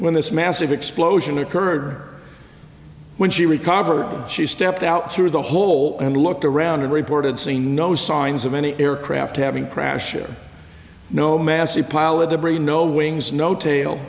when this massive explosion occurred when she recovered she stepped out through the hole and looked around and reported seeing no signs of any aircraft having crash no massive pile of debris no wings no tail